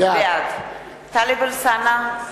בעד טלב אלסאנע,